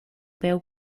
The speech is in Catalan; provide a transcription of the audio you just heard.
peu